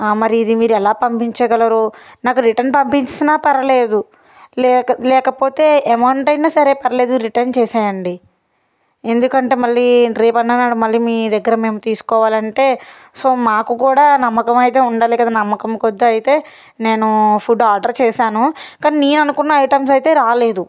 మరి ఇది మీరు ఎలా పంపించగలరు నాకు రిటర్న్ పంపించిన పర్వాలేదు లేక లేకపోతే అమౌంట్ అయినా సరే పర్లేదు రిటర్న్ చేసేయండి ఎందుకంటే మళ్ళీ రేపు అన్న మళ్ళీ మీ దగ్గర మేము తీసుకోవాలంటే సో మాకు కూడా నమ్మకం అయితే ఉండాలి కదా నమ్మకం కొద్ది అయితే నేను ఫుడ్ ఆర్డర్ చేశాను కానీ నేను అనుకున్న ఐటమ్స్ అయితే రాలేదు